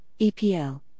EPL